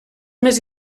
més